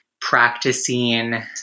practicing